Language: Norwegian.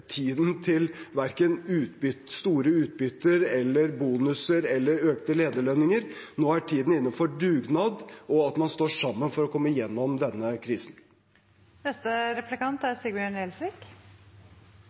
tiden til verken store utbytter, bonuser eller økte lederlønninger. Nå er tiden inne for dugnad, og at man står sammen for å komme gjennom denne